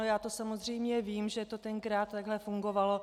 Já to samozřejmě vím, že to tenkrát takhle fungovalo.